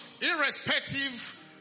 irrespective